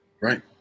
Right